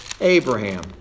Abraham